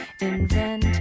invent